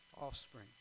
offspring